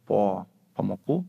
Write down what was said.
po pamokų